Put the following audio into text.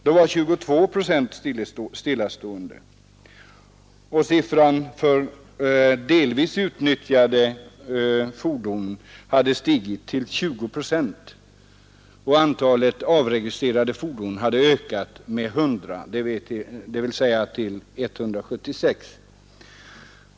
Då var 22 procent stillastående, och siffran för delvis utnyttjade fordon hade stigit till 20 procent. Antalet avregistrerade fordon hade ökat med 100 dvs. till 176.